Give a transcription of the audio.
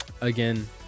again